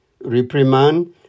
reprimand